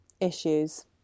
issues